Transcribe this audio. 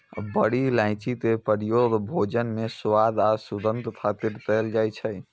बड़ी इलायची के प्रयोग भोजन मे स्वाद आ सुगंध खातिर कैल जाइ छै